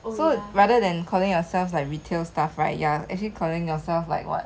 so rather than calling ourselves like retail staff right ya actually calling yourself like what